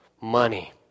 money